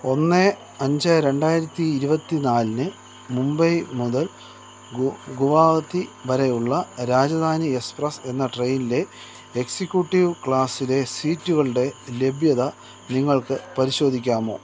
ഒന്ന് അഞ്ച് രണ്ടായിരത്തി ഇരുപത്തി നാലിന് മുംബൈ മുതൽ ഗുവാഹത്തി വരെയുള്ള രാജധാനി എസ്പ്രസ്സ് എന്ന ട്രെയിനിലെ എക്സിക്യൂട്ടീവ് ക്ലാസിലെ സീറ്റുകളുടെ ലഭ്യത നിങ്ങൾക്ക് പരിശോധിക്കാമോ